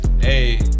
hey